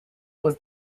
was